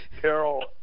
Carol